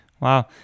wow